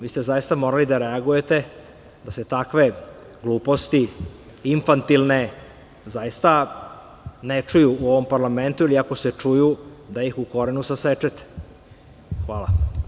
Vi ste zaista morali da reagujete da se takve gluposti infantilne zaista ne čuju u ovom parlamentu ili ako se čuju da ih u korenu sasečete Hvala.